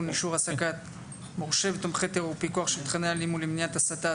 - איסור העסקת מורשעי ותומכי טרור ופיקוח על תכני הלימוד למניעת הסתה),